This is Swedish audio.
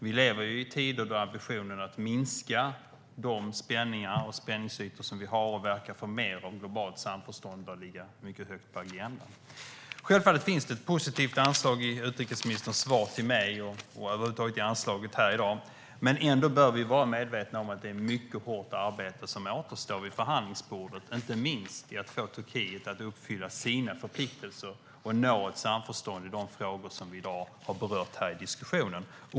Vi lever i tider då ambitionen att minska de spänningar och spänningsytor som vi har och att verka för att mer av globalt samförstånd bör ligga mycket högt på agendan. Självfallet finns det ett positivt anslag i utrikesministerns svar till mig och över huvud taget i anslaget här i dag. Men vi bör ändå vara medvetna om att det är mycket hårt arbete som återstår vid förhandlingsbordet, inte minst när det gäller att få Turkiet att uppfylla sina förpliktelser och nå ett samförstånd i de frågor som vi i dag har berört här i diskussionen.